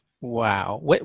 Wow